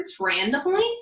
randomly